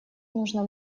нужно